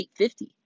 850